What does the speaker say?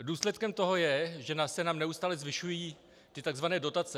Důsledkem toho je, že se nám neustále zvyšují tzv. dotace.